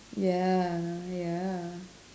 ya ya